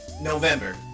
November